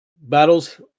battles